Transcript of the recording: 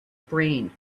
brain